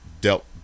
dealt